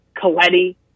Coletti